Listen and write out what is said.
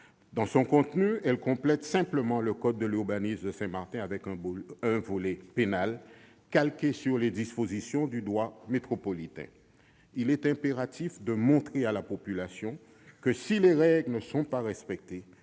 Dans son contenu, elle complète simplement le code de l'urbanisme de Saint-Martin par un volet pénal calqué sur les dispositions du droit métropolitain. Il est impératif de montrer à la population que, si les règles ne sont pas respectées,